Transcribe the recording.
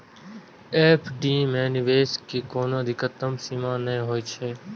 FD मे निवेश के कोनो अधिकतम सीमा नै होइ छै